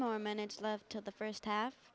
more minutes left of the first half